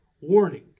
warning